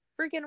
freaking